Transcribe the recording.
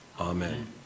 Amen